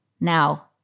Now